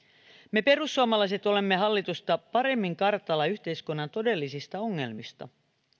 me perussuomalaiset olemme hallitusta paremmin kartalla yhteiskunnan todellisista ongelmista